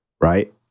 right